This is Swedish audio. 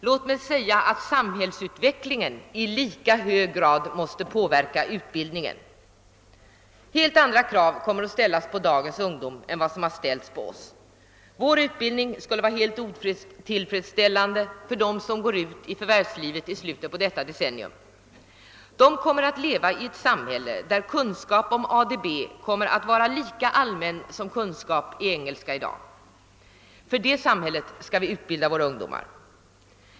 Låt mig säga att samhällsutvecklingen i lika hög grad måste påverka utbildningen. Helt andra krav kommer att ställas på dagens ungdom än de som har ställts på oss. Vår utbildning skulle vara helt otillfredsställande för dem som går ut i förvärvslivet i slutet av detta decennium. De kommer att leva i ett samhälle där kunskap om ADB kommer att vara lika allmän som kunskap i engelska i dag. För detta samhälle skall vi utbilda våra ungdomar.